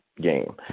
game